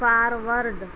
forward